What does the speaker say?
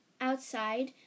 outside